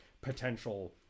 potential